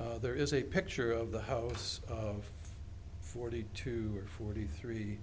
saturno there is a picture of the house of forty two forty three